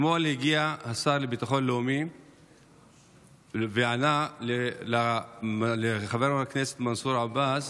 אתמול הגיע השר לביטחון לאומי וענה לחבר הכנסת מנסור עבאס